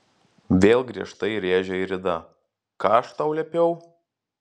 vėl griežtai rėžė airida ką aš tau liepiau